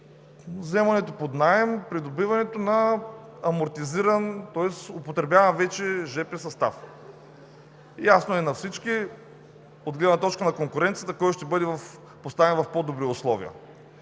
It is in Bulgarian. взимането под наем, придобиването на амортизиран, тоест употребяван вече жп състав. Ясно е на всички от гледна точка на конкуренцията кой ще бъде поставен в по-добри условия.